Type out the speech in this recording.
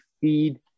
feed